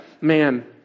man